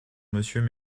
monsieur